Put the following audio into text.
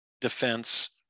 defense